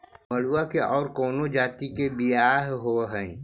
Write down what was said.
मडूया के और कौनो जाति के बियाह होव हैं?